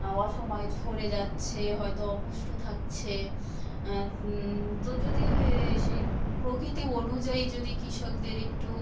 অসময়ে ঝরে যাচ্ছে হয়তো অপুষ্ট থাকছে তো যদি সেই প্রকৃতি অনুযায়ী যদি কৃষকদের একটু